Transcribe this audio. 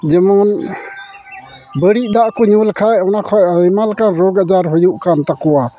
ᱡᱮᱢᱚᱱ ᱵᱟᱹᱲᱤᱡ ᱫᱟᱜ ᱠᱚ ᱧᱩ ᱞᱮᱠᱷᱟᱡ ᱚᱱᱟ ᱠᱷᱚᱡ ᱟᱭᱢᱟ ᱞᱮᱠᱟᱱ ᱨᱳᱜᱽ ᱟᱡᱟᱨ ᱦᱩᱭᱩᱜ ᱠᱟᱱ ᱛᱟᱠᱚᱣᱟ